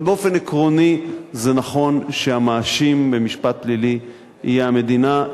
אבל באופן עקרוני זה נכון שהמאשים במשפט פלילי הוא המדינה,